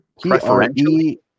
Preferentially